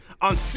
on